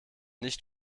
nicht